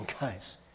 guys